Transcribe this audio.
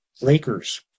Lakers